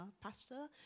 Pastor